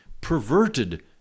perverted